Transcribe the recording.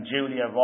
Julia